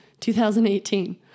2018